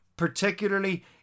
particularly